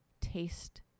taste